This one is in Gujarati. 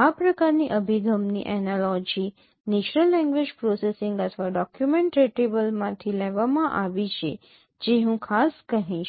આ પ્રકારની અભિગમની એનાલોજી નેચરલ લેંગ્વેજ પ્રોસેસિંગ અથવા ડોકયુમેંટ રિટ્રીવલમાંથી લેવામાં આવી છે જે હું ખાસ કહીશ